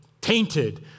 tainted